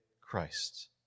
Christ